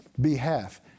behalf